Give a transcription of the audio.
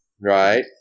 right